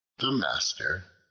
the master,